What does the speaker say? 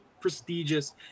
prestigious